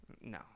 no